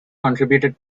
contributed